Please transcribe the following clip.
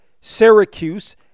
Syracuse